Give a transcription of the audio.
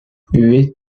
huit